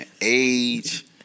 age